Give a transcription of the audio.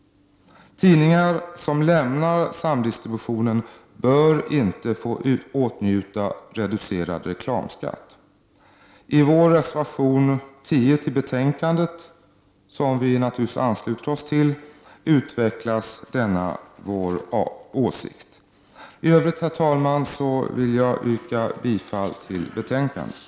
Tidningar som lämnar samdistributionen bör inte få åtnjuta reducerad reklamskatt. I reservation 10 till betänkandet, som vi naturligtvis ansluter oss till, utvecklas denna vår åsikt. I övrigt, herr talman, vill jag yrka bifall till utskottets hemställan.